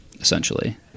essentially